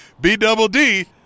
B-double-D